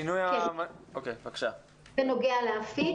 בנוגע לאפיק?